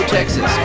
Texas